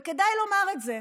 וכדאי לומר את זה.